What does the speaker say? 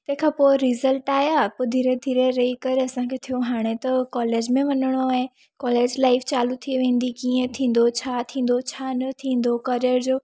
तंहिंखां पोइ रिज़ल्ट आया पोइ धीरे धीरे रही करे असांखे थियो हाणे त कॉलेज में वञिणो आहे कॉलेज लाइफ चालू थी वेंदी कीअं थींदो छा थींदो छा न थींदो करियर जो